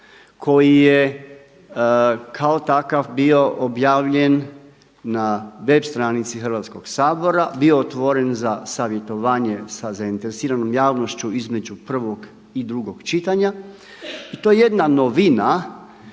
koji je kao takav bio objavljen na web stranici Hrvatskog sabora, bio otvoren za savjetovanja sa zainteresiranom javnošću između prvog i drugog čitanja. I to je jedna novina